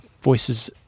Voices